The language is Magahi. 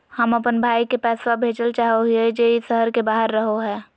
हम अप्पन भाई के पैसवा भेजल चाहो हिअइ जे ई शहर के बाहर रहो है